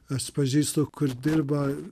aš pažįstu kur dirba